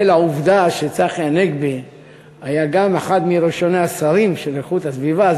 בשל העובדה שצחי הנגבי היה גם אחד מראשוני השרים לאיכות הסביבה,